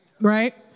right